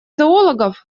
зоологов